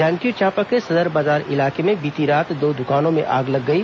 जांजगीर चांपा के सदर बाजार इलाके में बीती रात दो दुकानों में आग लग गई